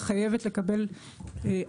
נכון,